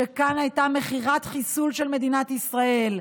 שכאן הייתה מכירת חיסול של מדינת ישראל.